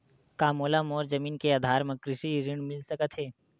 का मोला मोर जमीन के आधार म कृषि ऋण मिल सकत हे?